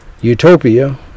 utopia